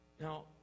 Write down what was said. Now